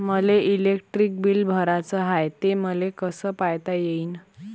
मले electric bill भराचं हाय, ते मले कस पायता येईन?